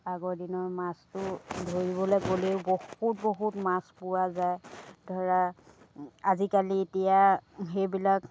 আগৰ দিনৰ মাছটো ধৰিবলৈ গ'লেও বহুত বহুত মাছ পোৱা যায় ধৰা আজিকালি এতিয়া সেইবিলাক